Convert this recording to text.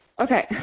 okay